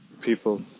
people